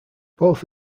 both